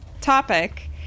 topic